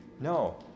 No